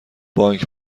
بانک